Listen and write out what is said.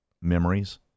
memories